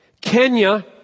Kenya